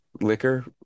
liquor